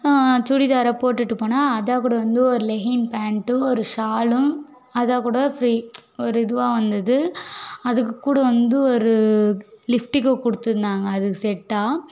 சுடிதாரை போட்டுகிட்டு போனேன் அதைக்கூட வந்து ஒரு லெகின் பேண்ட்டும் ஒரு ஷாலும் அதுக்கூட ஃப்ரீ ஒரு இதுவாக வந்தது அதுக்குக்கூட வந்து ஒரு லிப் டிக்கு கொடுத்துருந்தாங்க அதுக்கு செட்டாக